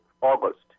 August